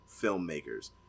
filmmakers